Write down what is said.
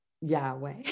Yahweh